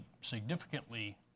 significantly